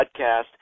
PODCAST